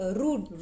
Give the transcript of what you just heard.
rude